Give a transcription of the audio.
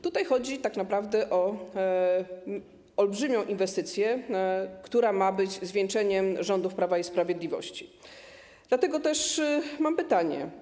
Tutaj chodzi tak naprawdę o olbrzymią inwestycję, która ma być zwieńczeniem rządów Prawa i Sprawiedliwości, dlatego też mam pytanie: